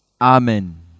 Amen